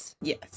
Yes